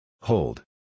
Hold